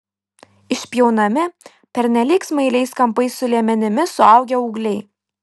išpjaunami pernelyg smailiais kampais su liemenimis suaugę ūgliai